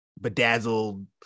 bedazzled